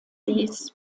sees